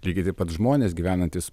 lygiai taip pat žmonės gyvenantys